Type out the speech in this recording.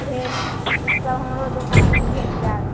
भेल ईसब हमरो दोकानमे भेट जायत